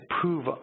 prove